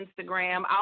Instagram